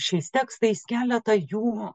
šiais tekstais keletą jų